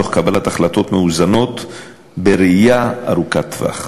תוך קבלת החלטות מאוזנות בראייה ארוכת טווח.